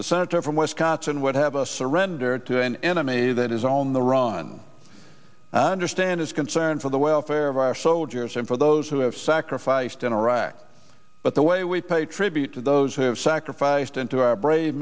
the senator from wisconsin would have a surrender to an enemy that is on the run understand his concern for the welfare of our soldiers and for those who have sacrificed in iraq but the way we pay tribute to those who have sacrificed into our brave